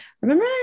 remember